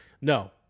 No